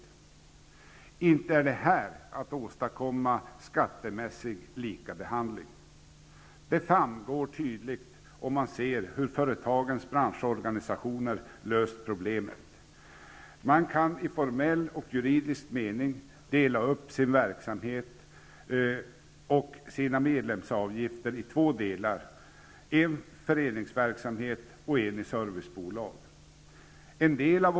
Inte utgör det här ett sätt att åstadkomma skattemässig likabehandling. Det här framgår tydligt när man ser på hur företagens branschorganisationer har löst problemet. I formell och juridisk mening går det att dela upp verksamheten och medlemsavgifterna i två delar: en föreningsverksamhet och ett servicebolag.